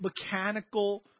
mechanical